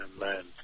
Amen